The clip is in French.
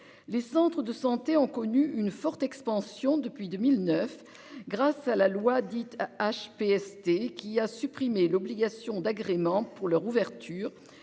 les centres de santé ont connu une forte expansion depuis 2009 grâce à la loi dite HPST qui a supprimé l'obligation d'agrément pour leur ouverture